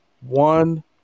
one